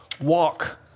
Walk